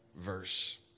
verse